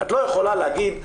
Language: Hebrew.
את לא יכולה להגיד,